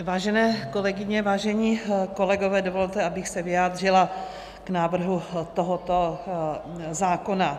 Vážené kolegyně, vážení kolegové, dovolte, abych se vyjádřila k návrhu tohoto zákona.